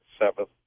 Seventh